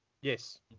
Yes